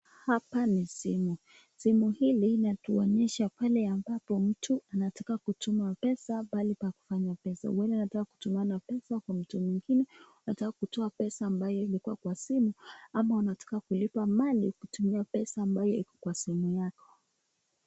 Hapa ni Simi simu hii inatuonyesha pale ambapo mtu anataka kutuma pesa pale kufanya pesa ama ukitaka kutoa pesa ama ukitaka kutoa pesa ama ukitaka kulipa Mali kutumia pesa ambaye Iko Kwa simu Yako.